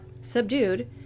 subdued